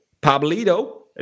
Pablito